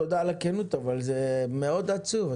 תודה על הכנות אבל זה עצוב מאוד.